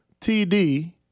TD